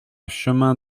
chemin